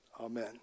Amen